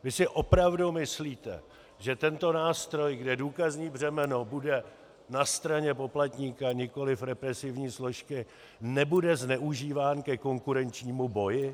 Vy si opravdu myslíte, že tento nástroj, kde důkazní břemeno bude na straně poplatníka, nikoli represivní složky, nebude zneužíván ke konkurenčnímu boji?